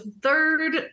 third